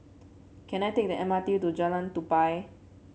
can I take the M R T to Jalan Tupai